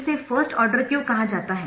इसे first order क्यों कहा जाता है